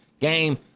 Game